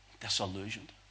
disillusioned